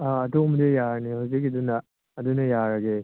ꯑꯥ ꯑꯗꯨꯒꯨꯝꯕꯗꯤ ꯌꯥꯔꯅꯤ ꯍꯧꯖꯤꯛꯀꯤꯗꯨꯅ ꯑꯗꯨꯅ ꯌꯥꯔꯒꯦ